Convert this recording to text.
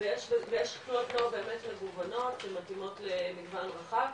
ויש תנועות נוער באמת מגוונות שמתאימות לקהל רחב,